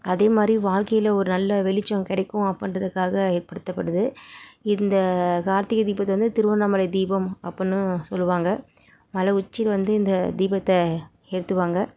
அதே மாதிரி வாழ்க்கையில் ஒரு நல்ல வெளிச்சம் கிடைக்கும் அப்பிடின்றதுக்காக ஏற்படுத்தப்படுது இந்த கார்த்திகை தீபத்தை வந்து திருவண்ணாமலை தீபம் அப்பிடின்னும் சொல்வாங்க மலை உச்சியில் வந்து இந்த தீபத்தை ஏற்றுவாங்க